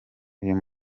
uyu